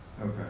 Okay